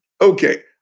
Okay